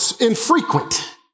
infrequent